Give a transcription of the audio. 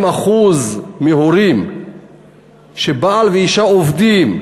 בדוח אחר ש-40% מההורים כשהבעל והאישה עובדים,